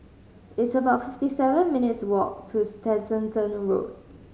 it's about fifty seven minutes' walk to Tessensohn Road